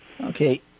Okay